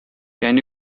can